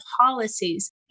policies